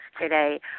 today